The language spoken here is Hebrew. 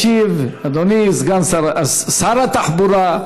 ישיב אדוני שר התחבורה,